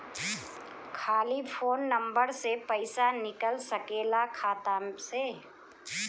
खाली phone number से पईसा निकल सकेला खाता से?